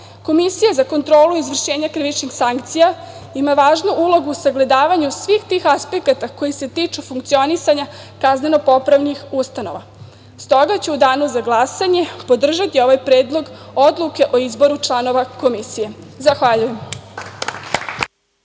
Komisija za kontrolu izvršenja krivičnih sankcija ima važnu ulogu u sagledavanju svih tih aspekata koji se tiču funkcionisanja kazneno-popravnih ustanova. Stoga ću u danu za glasanje podržati ovaj predlog odluke o izboru članova Komisije. Zahvaljujem.